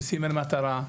סימן מטרה,